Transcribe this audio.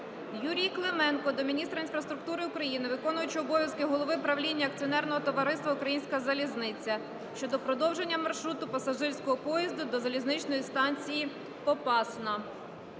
Юлії Клименко до міністра інфраструктури України, виконуючого обов'язки голови правління Акціонерного товариства "Українська залізниця" щодо продовження маршруту пасажирського поїзду до залізничної станції Попасна.